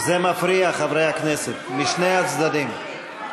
זה מפריע, חברי הכנסת משני הצדדים.